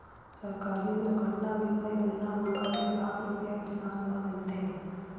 सहकारी दुर्घटना बीमा योजना म कतेक लाख रुपिया किसान ल मिलथे?